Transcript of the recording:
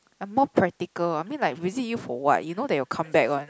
I'm more practical I mean like visit you for what you know that you'll come back one